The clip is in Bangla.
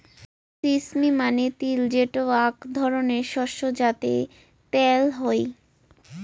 সিস্মি মানে তিল যেটো আক ধরণের শস্য যাতে ত্যাল হই